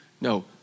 No